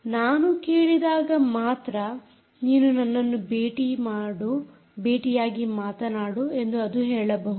ನಾನು ಕೇಳಿದಾಗ ಮಾತ್ರ ನೀನು ನನ್ನನ್ನು ಭೇಟಿಯಾಗಿ ಮಾತನಾಡು ಎಂದು ಅದು ಹೇಳಬಹುದು